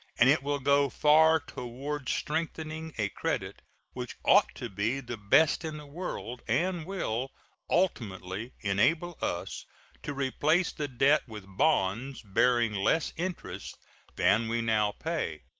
and it will go far toward strengthening a credit which ought to be the best in the world, and will ultimately enable us to replace the debt with bonds bearing less interest than we now pay.